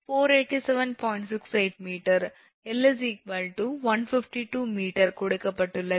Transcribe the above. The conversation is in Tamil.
68m 𝐿 152m கொடுக்கப்பட்டுள்ளது